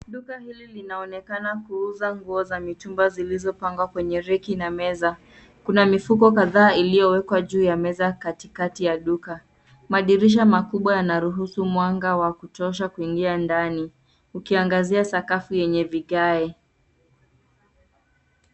Duka hili linaonekana kuuza nguo za mitumba zilizo pangwa kwenye reki na meza. Kuna mifuko kadhaa iloiyowekwa juu ya meza katikati ya duka . Madirisha makubwa yanaruhusu mwanga wa kutosha kuingia ndani ukiangazia sakafu yenye vigae.